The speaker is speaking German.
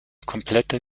komplette